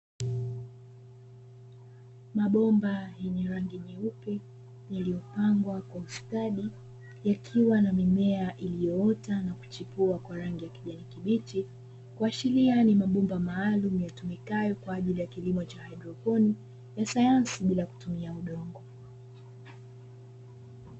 Mabomba yenye rangi nyeupe yaliyopangwa kwa ustadi yakiwa na mimea iliyoota na kuchipua kwa rangi ya kijani kibichi, kuashiria ni mabomba maalumu yatumikayo kwa ajili ya kilimo cha haidroponi ya sayansi bila kutumia udongo.